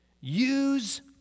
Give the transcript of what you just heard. Use